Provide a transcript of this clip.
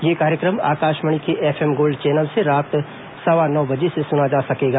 ये कार्यक्रम आकाशवाणी के एफएम गोल्ड चैनल से रात सवा नौ बजे से सुना जा सकेगा